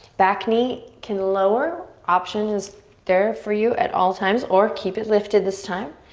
back knee can lower. option is there for you at all times or keep it lifted this time.